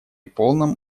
полном